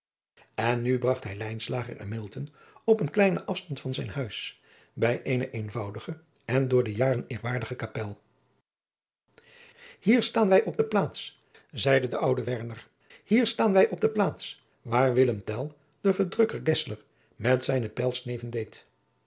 en nu bragt hij lijnslager en milton op een kleinen afstand van zijn huis bij eene eenvoudige en door de jaren eerwaardige kapel hier staan wij op de plaats zeide de oude werner hier staan wij op de plaats waar willem tell den verdrukker gesler met zijnen pijl sneven deed